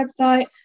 website